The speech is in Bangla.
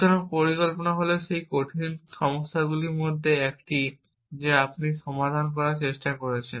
সুতরাং পরিকল্পনা হল সেই কঠিন সমস্যাগুলির মধ্যে একটি যা আপনি সমাধান করার চেষ্টা করছেন